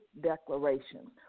declarations